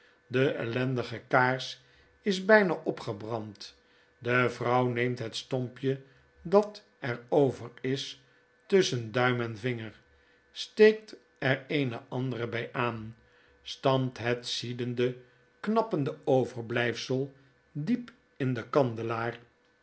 de ellendige kaars is byna opgebrand de vrouw neemthetstompje dat er over is tusschen duim en vinger steekt er eene andere by aan stampt het ziedende knappende overblyfsel diep in den kandelaar